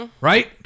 Right